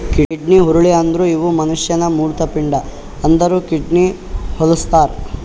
kidney ಹುರುಳಿ ಅಂದುರ್ ಇವು ಮನುಷ್ಯನ ಮೂತ್ರಪಿಂಡ ಅಂದುರ್ ಕಿಡ್ನಿಗ್ ಹೊಲುಸ್ತಾರ್